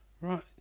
Right